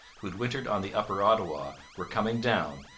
who had wintered on the upper ottawa, were coming down,